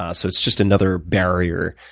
ah so it's just another barrier,